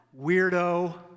Weirdo